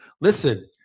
Listen